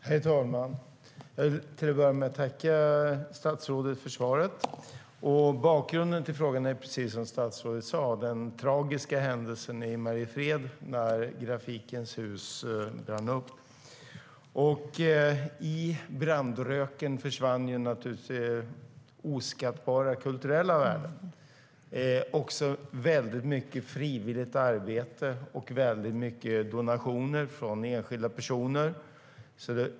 Herr talman! Jag vill börja med att tacka statsrådet för svaret. Bakgrunden till frågan är, precis som statsrådet sade, den tragiska händelsen i Mariefred då Grafikens Hus brann ned. I brandröken försvann oskattbara kulturella värden och också väldigt mycket frivilligt arbete och många donationer från enskilda personer.